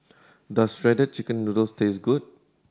does Shredded Chicken Noodles taste good